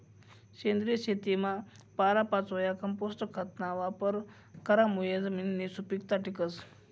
सेंद्रिय शेतीमा पालापाचोया, कंपोस्ट खतना वापर करामुये जमिननी सुपीकता टिकस